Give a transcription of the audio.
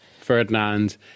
Ferdinand